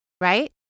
right